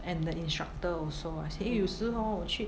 and the instructor also I say eh 有时 hor 我去